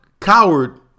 Coward